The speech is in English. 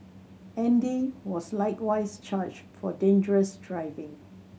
Andy was likewise charged for dangerous driving